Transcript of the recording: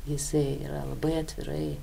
jisai yra labai atvirai